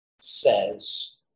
says